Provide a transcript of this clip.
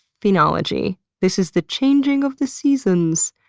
phenology. this is the changing of the seasons.